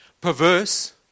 perverse